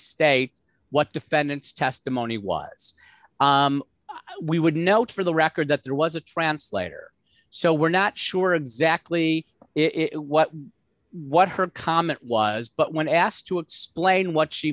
state what defendants testimony was we would note for the record that there was a translator so we're not sure exactly if what what her comment was but when asked to explain what she